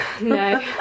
No